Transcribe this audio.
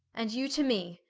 and you to me,